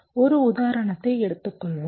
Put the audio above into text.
ஒரு உதாரணத்தை எடுத்துக் கொள்வோம்